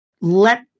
Let